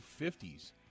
50s